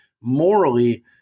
morally